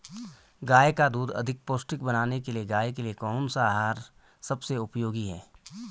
गाय का दूध अधिक पौष्टिक बनाने के लिए गाय के लिए कौन सा आहार सबसे उपयोगी है?